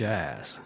Jazz